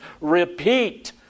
repeat